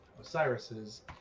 Osiris's